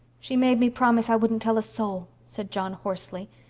she made me promise i wouldn't tell a soul, said john hoarsely.